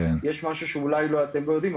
יש משהו שאולי אתם לא יודעים,